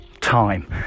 time